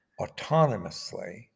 autonomously